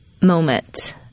moment